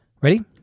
Ready